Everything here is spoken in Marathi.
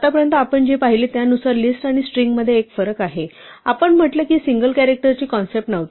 आतापर्यंत आपण जे पाहिले त्यानुसार लिस्ट आणि स्ट्रिंगमध्ये एक फरक आहे आपण म्हटलं की सिंगल कॅरॅक्टरची कॉन्सेप्ट नव्हती